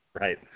Right